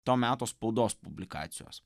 to meto spaudos publikacijos